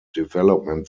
development